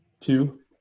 Two